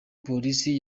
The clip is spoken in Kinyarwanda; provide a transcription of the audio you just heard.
polisi